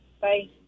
Bye